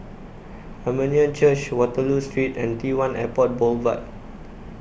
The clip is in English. Armenian Church Waterloo Street and T one Airport Boulevard